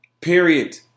Period